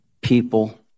people